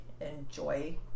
enjoy